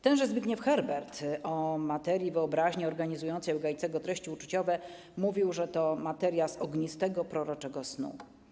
Tenże Zbigniew Herbert o materii wyobraźni organizującej u Gajcego treści uczuciowe mówił, że to materia z ognistego proroczego snu.